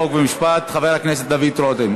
חוק ומשפט חבר הכנסת דוד רותם.